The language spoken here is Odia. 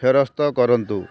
ଫେରସ୍ତ କରନ୍ତୁ